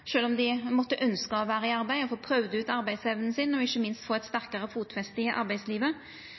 om dei måtte ønskja å vera i arbeid og få prøvd ut arbeidsevna si og ikkje minst få eit sterkare fotfeste i arbeidslivet.